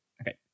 Okay